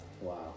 Wow